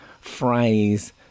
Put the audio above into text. phrase